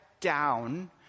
down